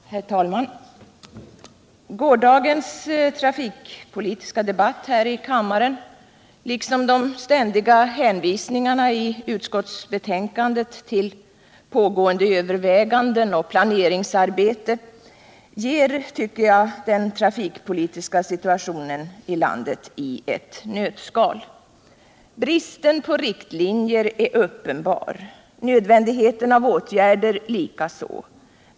Herr talman! Gårdagens trafikpolitiska debatt här i kammaren liksom de ständiga hänvisningarna i utskottsbetänkandet till pågående överväganden och planeringsarbete ger i ett nötskal den trafikpolitiska situationen i landet. Bristen på riktlinjer är uppenbar, nödvändigheten av åtgärder likaså.